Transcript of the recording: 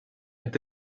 est